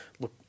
look